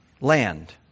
land